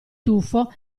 tuffo